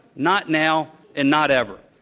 not now, and not ever.